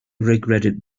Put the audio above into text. regretted